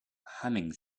humming